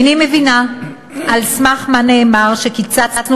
איני מבינה על סמך מה נאמר שקיצצנו